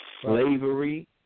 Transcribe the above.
Slavery